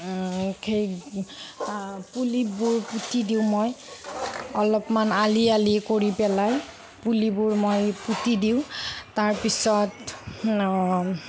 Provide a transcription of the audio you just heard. সেই পুলিবোৰ পুতি দিওঁ মই অলপমান আলি আলি কৰি পেলাই পুলিবোৰ মই পুতি দিওঁ তাৰ পিছত